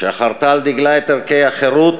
שחרתה על דגלה את ערכי החירות,